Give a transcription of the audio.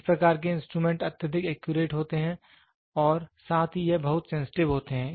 इस प्रकार के इंस्ट्रूमेंट अत्यधिक एक्यूरेट होते हैं और साथ ही यह बहुत सेंसिटिव होते है